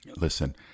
listen